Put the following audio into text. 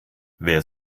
wer